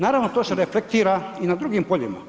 Naravno to se reflektira i na drugim poljima.